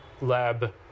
lab